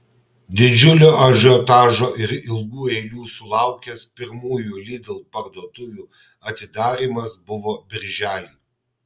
didžiulio ažiotažo ir ilgų eilių sulaukęs pirmųjų lidl parduotuvių atidarymas buvo birželį